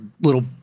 little